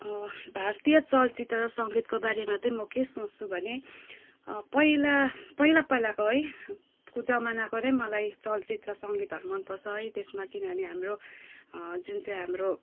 भारतीय चलचित्र र सङ्गीतको बारेमा चाहिँ म के सोच्छु भने पहिला पहिला पहिलाको है को जमानाकोले मलाई चलचित्र सङ्गीतहरू मनपर्छ है त्यसमा किनभने हाम्रो जुन चाहिँ हाम्रो